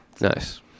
Nice